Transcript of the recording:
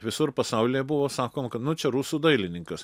visur pasaulyje buvo sakoma kad nu čia rusų dailininkas